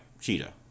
Cheetah